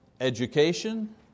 education